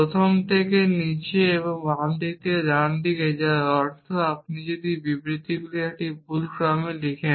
উপরে থেকে নীচে এবং বাম থেকে ডানে যার অর্থ আপনি যদি বিবৃতিগুলি একটি ভুল ক্রমে লেখেন